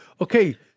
okay